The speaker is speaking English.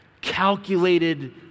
calculated